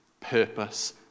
purpose